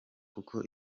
kuko